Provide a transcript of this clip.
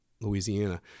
Louisiana